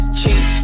cheap